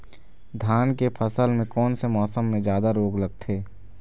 धान के फसल मे कोन से मौसम मे जादा रोग लगथे?